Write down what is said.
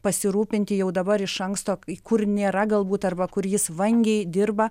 pasirūpinti jau dabar iš anksto kur nėra galbūt arba kur jis vangiai dirba